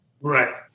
Right